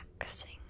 relaxing